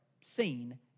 seen